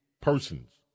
persons